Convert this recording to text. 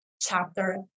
chapter